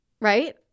right